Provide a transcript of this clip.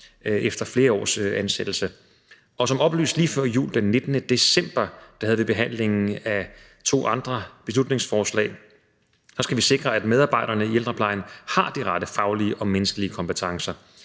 efter flere års ansættelse. Som oplyst lige før jul, den 19. december, hvor vi havde behandlingen af to andre beslutningsforslag, skal vi sikre, at medarbejderne i ældreplejen har de rette faglige og menneskelige kompetencer.